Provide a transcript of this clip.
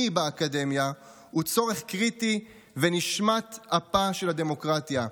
באקדמיה הוא צורך קריטי ונשמת אפה של הדמוקרטיה.